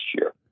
year